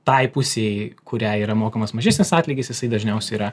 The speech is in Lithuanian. tai pusei kuriai yra mokamas mažesnis atlygis jisai dažniausiai yra